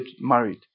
married